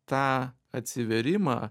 tą atsivėrimą